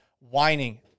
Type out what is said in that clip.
whining